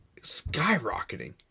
skyrocketing